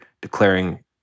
declaring